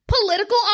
Political